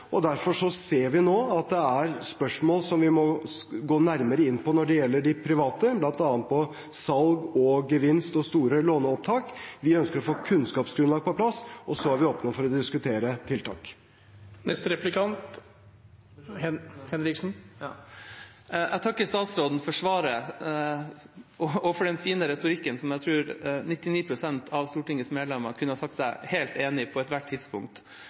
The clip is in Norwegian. tilbudet. Derfor ser vi nå at det er spørsmål som vi må gå nærmere inn på når det gjelder de private, bl.a. når det gjelder salg, gevinst og store låneopptak. Vi ønsker å få kunnskapsgrunnlaget på plass, og så er vi åpne for å diskutere tiltak. Jeg takker statsråden for svaret og den fine retorikken, som jeg tror 99 pst. av Stortingets medlemmer kunne sagt seg helt enig i på ethvert tidspunkt.